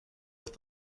with